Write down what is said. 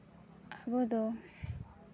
ᱟᱵᱚ ᱫᱚ